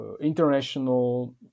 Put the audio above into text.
international